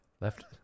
Left